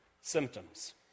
symptoms